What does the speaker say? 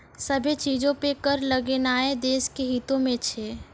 सभ्भे चीजो पे कर लगैनाय देश के हितो मे छै